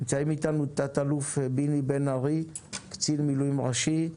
נמצאים איתנו תא"ל ביני בן ארי קצין מילואים ראשי,